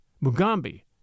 Mugambi